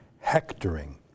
hectoring